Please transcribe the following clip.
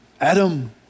Adam